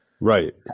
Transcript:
Right